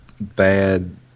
bad